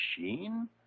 Machine